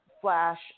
Flash